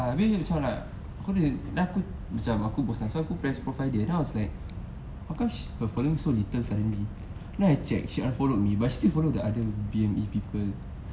habis aku macam like aku dah aku macam aku bosan so aku press profile dia then I was like how come sh~ her following so little suddenly then I check she unfollowed me but still follow other B_M_E people